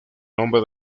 nombre